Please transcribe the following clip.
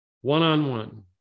one-on-one